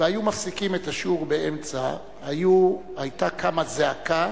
והיו מפסיקים את השיעור באמצע, היתה קמה זעקה.